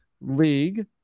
league